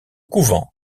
couvent